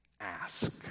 ask